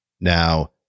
Now